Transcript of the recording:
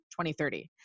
2030